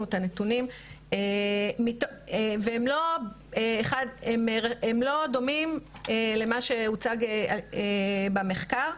את הנתונים והם לא דומים למה שהוצג במחקר.